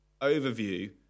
overview